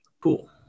Cool